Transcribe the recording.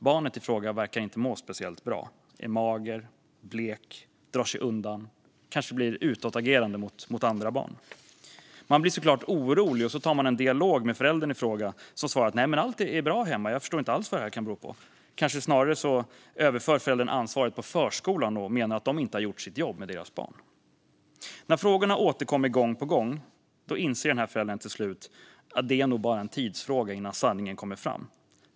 Barnet i fråga verkar inte må speciellt bra utan är magert och blekt och drar sig undan. Kanske blir barnet utåtagerande mot andra barn. Man blir såklart orolig och tar en dialog med föräldern i fråga, som svarar att allt är bra hemma och inte alls förstår vad det kan bero på. Föräldern kanske snarare överför ansvaret på förskolan och menar att de inte har gjort sitt jobb med barnet. När frågorna återkommer gång på gång inser föräldern till slut att det nog bara är en tidsfråga innan sanningen kommer fram.